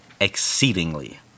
exceedingly